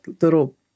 little